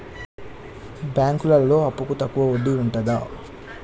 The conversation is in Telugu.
బ్యాంకులలో అప్పుకు తక్కువ వడ్డీ ఉంటదా?